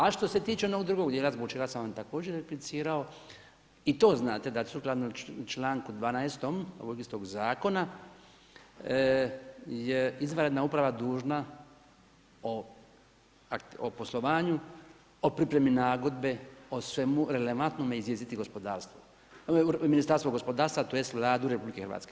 A što se tiče onog drugog djela zbog čega sam vam također replicirao, i to znate da sukladno članku 12. ovog istog zakona je izvanredna uprava dužna o poslovanju, o pripremi nagodbe, o svemu relevantnome izvijestiti gospodarstvo, naime Ministarstvo gospodarstva, tj. Vladu RH.